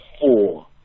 four